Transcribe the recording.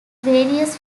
various